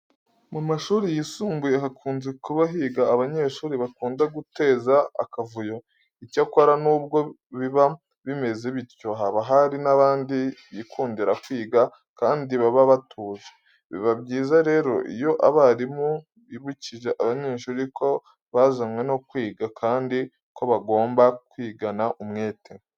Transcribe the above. Mu mashuri yisumbuye hakunze kuba higa abanyeshuri bakunda guteza akavuyo. Icyakora nubwo biba bimeze bityo, haba hari n'abandi bikundira kwiga kandi baba batuje. Biba byiza rero iyo abarimu bibukije abanyeshuri ko bazanwe no kwiga kandi ko bagomba kwigana umwete.